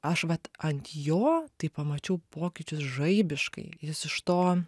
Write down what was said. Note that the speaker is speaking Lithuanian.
aš vat ant jo tai pamačiau pokyčius žaibiškai jis iš to